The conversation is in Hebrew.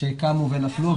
שהקמנו ונפלו.